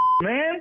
man